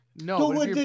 No